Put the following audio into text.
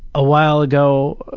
a while ago,